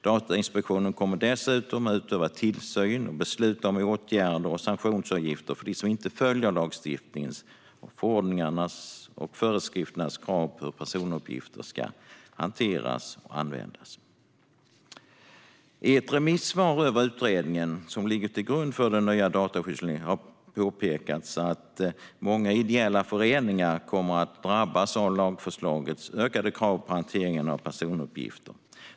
Datainspektionen kommer dessutom att utöva tillsyn och besluta om åtgärder och sanktionsavgifter för dem som inte följer lagstiftningens, förordningarnas och föreskrifternas krav på hur personuppgifter får hanteras och användas. I ett remissvar på utredningen, som ligger till grund för den nya dataskyddslagen, har det påpekats att många ideella föreningar kommer att drabbas av lagförslagets ökade krav på hanteringen av personuppgifter.